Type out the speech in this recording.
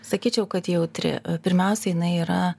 sakyčiau kad jautri pirmiausia jinai yra